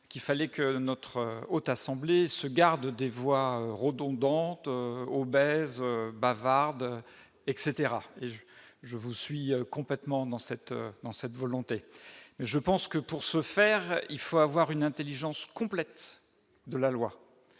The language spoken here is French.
qu'il fallait que notre Haute assemblée se gardent des voies redondantes obèse bavarde, etc je vous suis complètement dans cette, dans cette volonté mais je pense que, pour ce faire, il faut avoir une Intelligence complète de la loi